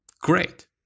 great